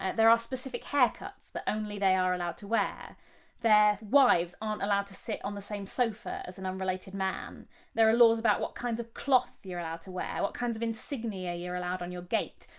and there are specific haircuts that only they are allowed to wear their wives aren't allowed to sit on the same sofa as an unrelated man there are laws about what kinds of cloth you're allowed to wear, what kinds of insignia you're allowed on your gate,